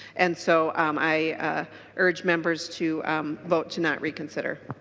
and so um i urge members to vote to not reconsider.